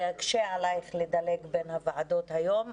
זה יקשה עלייך לדלג בין הוועדות היום,